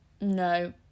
No